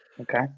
Okay